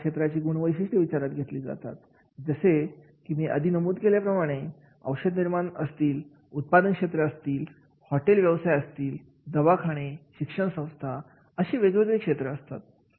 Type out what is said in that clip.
यामध्ये क्षेत्राची गुणवैशिष्ट्ये विचारात घेतली जातात जसे की मी अगोदर नमूद केल्याप्रमाणे औषध निर्माण असतील उत्पादन क्षेत्र असतील हॉटेल व्यवसायातील दवाखाने शैक्षणिक संस्था असे वेगवेगळे क्षेत्र असतात